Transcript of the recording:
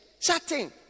chatting